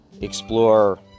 explore